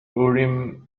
urim